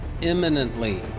imminently